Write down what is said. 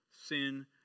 sin